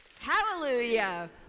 Hallelujah